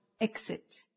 Exit